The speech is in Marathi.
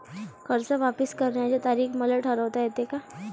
कर्ज वापिस करण्याची तारीख मले ठरवता येते का?